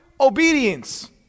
obedience